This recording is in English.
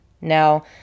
Now